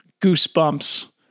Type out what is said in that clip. goosebumps